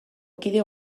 kide